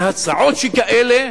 בהצעות שכאלה,